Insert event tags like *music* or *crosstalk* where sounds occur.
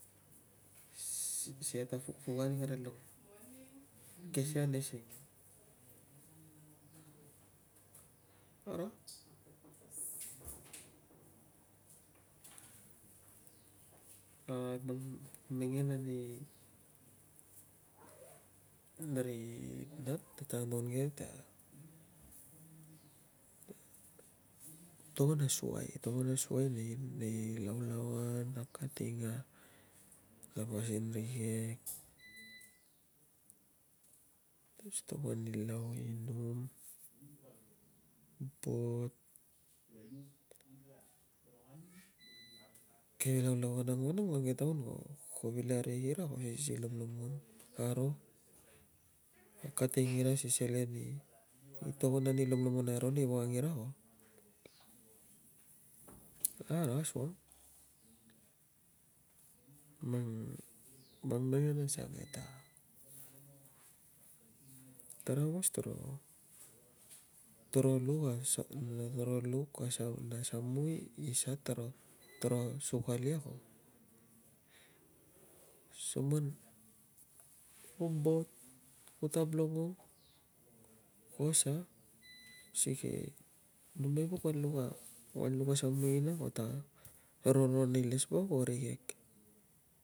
Si atapukai ni rilong *unintelligible* ane singim. Ko ro kag mang mengen ani *noise* ani ri nat ta no ni ai ta togon a suai togon a suai nei laulauan akating a ke pasin rikek *noise* si stop ani lau i inum, bot *noise* ke laulauan vanang mang ke taun ko vil arikek ira si lomlomon aro, akating ira si selen i togon ani lomlomonai ro nei vangang ira ko- ko ro asukang. Mang mengen asuangke ta tara aungos toro luk *hesitation* toro luk samui isa toro sukal ia ko. So man ku bot kuo tab longong, ko sa sikei numai pok kun luk a samui i na ta roron ilesvauk o rikek.